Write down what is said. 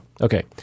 Okay